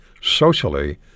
socially